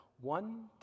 one